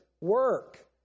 work